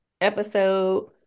episode